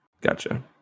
Gotcha